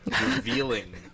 revealing